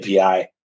API